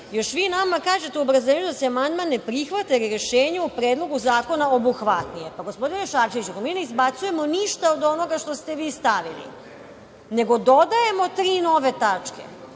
još vi nama kežete u obrazloženju da se amandman ne prihvata jer je rešenje u Predlogu zakona obuhvatnije. Gospodine Šarčeviću, mi ne izbacujemo ništa od onoga što ste vi stavili nego dodajemo tri nove tačke.